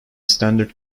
standard